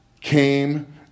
came